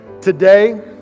today